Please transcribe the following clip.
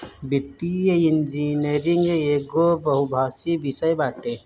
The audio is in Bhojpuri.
वित्तीय इंजनियरिंग एगो बहुभाषी विषय बाटे